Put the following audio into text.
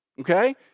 okay